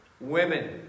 Women